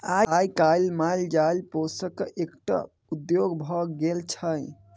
आइ काल्हि माल जाल पोसब एकटा उद्योग भ गेल छै